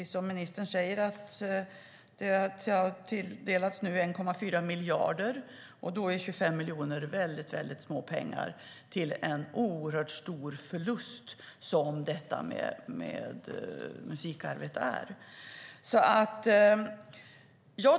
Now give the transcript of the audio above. Som ministern säger har det tilldelats 1,4 miljarder, och då är 25 miljoner småpengar. Samtidigt innebär det en stor förlust för musikarbetet.